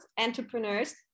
entrepreneurs